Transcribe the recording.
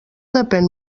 depèn